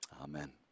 Amen